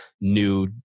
new